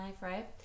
right